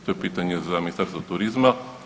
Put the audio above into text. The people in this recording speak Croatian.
To je pitanje za Ministarstvo turizma.